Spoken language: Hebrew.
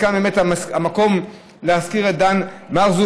כאן באמת המקום להזכיר את דן מרזוק,